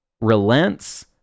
relents